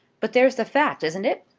but there's the fact isn't it?